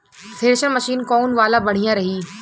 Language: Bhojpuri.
थ्रेशर मशीन कौन वाला बढ़िया रही?